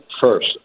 first